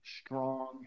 strong